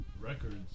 records